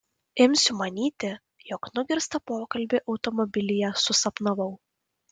imsiu manyti jog nugirstą pokalbį automobilyje susapnavau